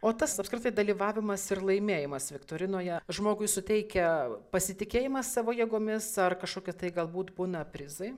o tas apskritai dalyvavimas ir laimėjimas viktorinoje žmogui suteikia pasitikėjimą savo jėgomis ar kažkokie tai galbūt būna prizai